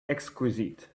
exquisite